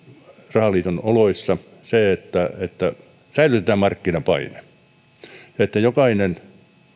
rahaliiton oloissa että että säilytetään markkinapaine että jokainen